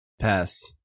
Pass